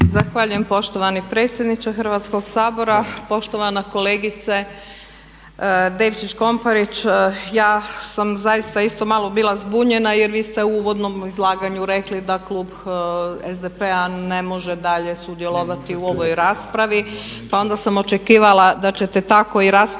Zahvaljujem poštovani predsjedniče Hrvatskog sabora, poštovana kolegice Devčić Komparić. Ja sam zaista isto malo bila zbunjena, jer vi ste u uvodnom izlaganju rekli da klub SDP-a ne može dalje sudjelovati u ovoj raspravi, pa onda sam očekivala da ćete tako i raspravu